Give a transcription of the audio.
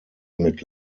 mit